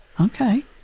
Okay